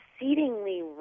exceedingly